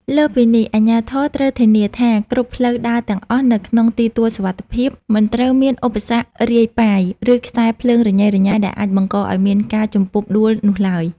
លើសពីនេះ អាជ្ញាធរត្រូវធានាថាគ្រប់ផ្លូវដើរទាំងអស់នៅក្នុងទីទួលសុវត្ថិភាព មិនត្រូវមានឧបសគ្គរាយប៉ាយ ឬខ្សែភ្លើងរញ៉េរញ៉ៃដែលអាចបង្កឱ្យមានការជំពប់ដួលនោះឡើយ។